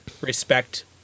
respect